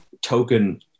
token